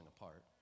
apart